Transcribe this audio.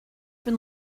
been